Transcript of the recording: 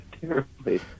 terribly